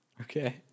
Okay